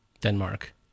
Denmark